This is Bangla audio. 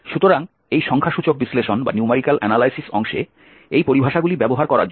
সুতরাং এই সংখ্যাসূচক বিশ্লেষণ অংশে এই পরিভাষাগুলি ব্যবহার করার জন্য